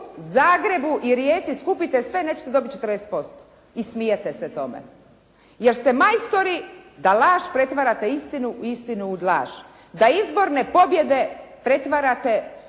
Zagrebu i Rijeci skupite sve, nećete dobiti 40%. I smijete se tome. Jer ste majstori da laž pretvarate u istinu i istinu u laž, da izborne pobjede pretvarate